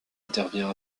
intervient